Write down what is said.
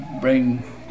bring